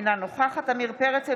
אינה נוכחת עמיר פרץ,